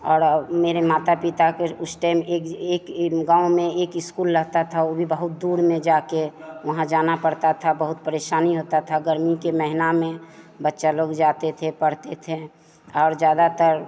और मेरे माता पिता के उस टाइम एक एक एक गाँव में एक इस्कूल रहता था वह भी बहुत दूर में जाकर वहाँ जाना पड़ता था बहुत परेशानी होती था गर्मी के महीने में बच्चा लोग जाते थे पढ़ते थे और ज़्यादातर